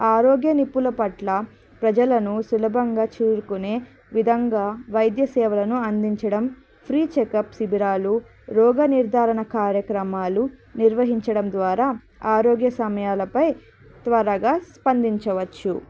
ఆరోగ్య నిపుణుల పట్ల ప్రజలను సులభంగా చేరుకునే విధంగా వైద్య సేవలను అందించడం ఫ్రీ చెకప్ శిబిరాలు రోగ నిర్ధారణ కార్యక్రమాలు నిర్వహించడం ద్వారా ఆరోగ్య సమయాలపై త్వరగా స్పందించవచ్చు